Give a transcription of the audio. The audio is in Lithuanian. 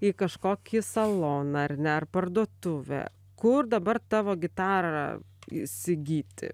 į kažkokį saloną ar ne ar parduotuvę kur dabar tavo gitarą įsigyti